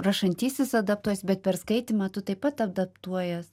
rašantysis adaptuojas bet perskaitymą tu taip pat adaptuojies